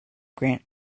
grant